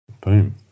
Boom